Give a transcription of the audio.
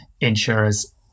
insurers